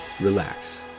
relax